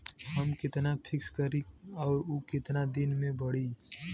हम कितना फिक्स करी और ऊ कितना दिन में बड़ी?